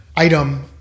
item